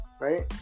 right